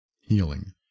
healing